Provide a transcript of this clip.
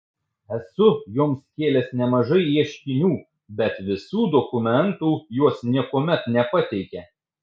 esu joms kėlęs nemažai ieškinių bet visų dokumentų jos niekuomet nepateikia